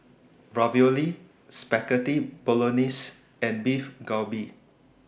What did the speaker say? Ravioli Spaghetti Bolognese and Beef Galbi